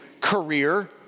career